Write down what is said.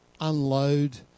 unload